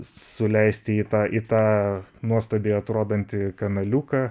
suleisti į tą į tą nuostabiai atrodantį kanaliuką